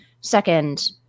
second